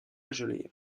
gelée